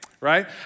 right